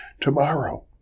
tomorrow